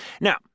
Now